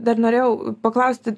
dar norėjau paklausti